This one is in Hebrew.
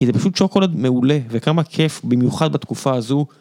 כי זה פשוט שוקולד מעולה וכמה כיף במיוחד בתקופה הזו